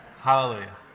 Hallelujah